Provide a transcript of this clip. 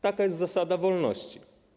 Taka jest zasada wolności.